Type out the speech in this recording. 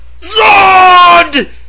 ZOD